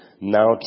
Now